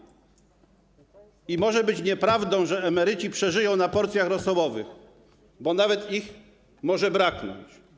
I może być nieprawdą, że emeryci przeżyją na porcjach rosołowych, bo nawet ich może braknąć.